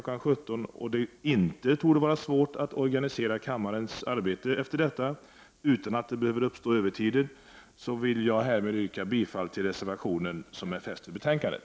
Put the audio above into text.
17.00 och att det inte torde vara svårt att organisera kammarens arbete efter detta utan att det behöver uppstå övertid, vill jag härmed yrka bifall till den reservation som är fogad till betänkandet.